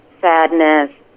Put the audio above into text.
sadness